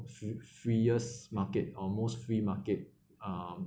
free freest market almost free market um